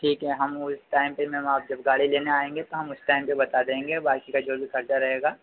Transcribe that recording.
ठीक है हम उस टाइम पर मैम आप जब गाड़ी लेने आएँगे तो हम उस टाइम पर बता देंगे बाकी का जो भी ख़र्चा रहेगा